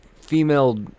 female